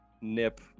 nip